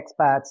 expats